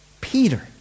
Peter